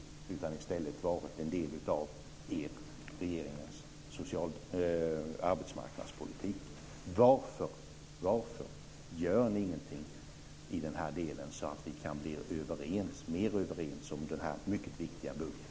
De har i stället varit en del av er - regeringens - arbetsmarknadspolitik. Varför gör ni ingenting i den här delen, så att vi kan bli överens, mer överens, om den här mycket viktiga budgeten?